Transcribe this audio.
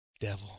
devil